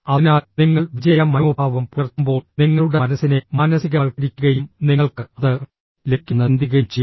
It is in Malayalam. അതിനാൽ നിങ്ങൾ വിജയ മനോഭാവം പുലർത്തുമ്പോൾ നിങ്ങളുടെ മനസ്സിനെ മാനസികവൽക്കരിക്കുകയും നിങ്ങൾക്ക് അത് ലഭിക്കുമെന്ന് ചിന്തിക്കുകയും ചെയ്യുക